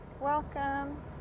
Welcome